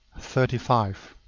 thirty five.